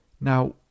Now